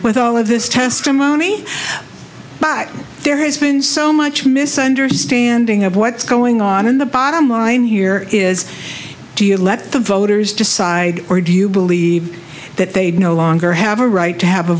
with all of this testimony but there has been so much misunderstanding of what's going on in the bottom line here is do you let the voters decide or do you believe that they no longer have a right to have a